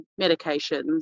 medications